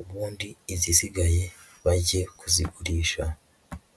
ubundi izisigaye bajye kuzigurisha.